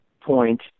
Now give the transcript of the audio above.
point